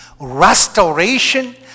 restoration